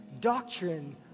Doctrine